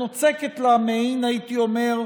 נוצקת לה מעין, הייתי אומר,